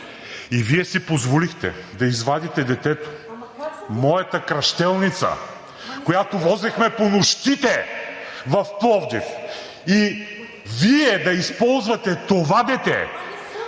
и Вие си позволихте да извадите детето – моята кръщелница, която возехме по нощите в Пловдив. Вие, да използвате това дете…